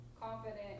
confident